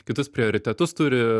kitus prioritetus turi